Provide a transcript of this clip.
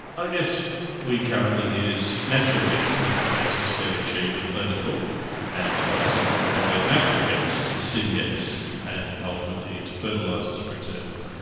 i guess we currently use natural gas. natural gas is fairly cheap and plentiful and it's quite simple to convert natural gas to syn gas and ultimately into fertilisers, for example.